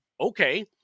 Okay